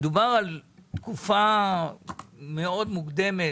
מדובר על תקופה מאוד מוקדמת,